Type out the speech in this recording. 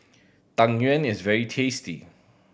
Tang Yuen is very tasty